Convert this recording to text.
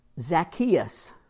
Zacchaeus